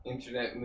internet